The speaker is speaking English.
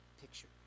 picture